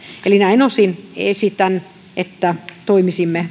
eli näin osin esitän että toimisimme